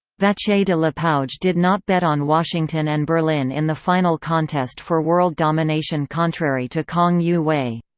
vacher de de lapouge did not bet on washington and berlin in the final contest for world domination contrary to k'ang yu-wei.